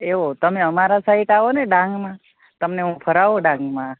તમે મારી સાઈડ આવોને ડાંગમાં તમને હું ફેરવું ડાંગમાં